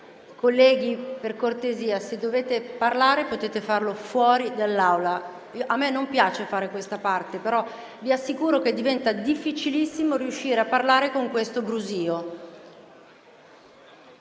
Colleghi, per cortesia, se dovete parlare, potete farlo fuori dall'Aula. A me non piace fare questa parte, ma vi assicuro che diventa difficilissimo riuscire a parlare con questo brusio.